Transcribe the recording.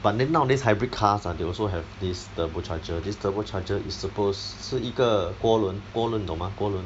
but then nowadays hybrid cars ah they also have this turbo charger this turbo charger is supposed 是一个涡轮轮涡轮你懂吗涡轮